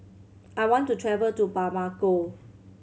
I want to travel to Bamako